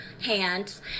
hands